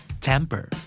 Temper